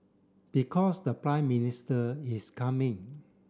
because the Prime Minister is coming